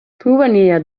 provenia